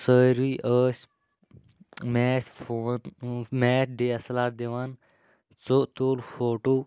سٲری ٲسۍ مےٚ اَتھِ فون مےٚ اَتھ ڈی اٮ۪س اٮ۪ل آر دِوان ژٕ تُل فوٹوٗ